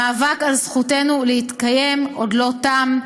המאבק על זכותנו להתקיים עוד לא תם,